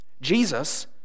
Jesus